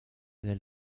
del